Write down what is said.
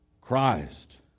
Christ